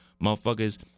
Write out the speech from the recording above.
Motherfuckers